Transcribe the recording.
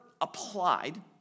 applied